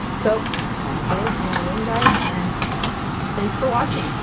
so comment below if you want to win guys, and thanks for watching!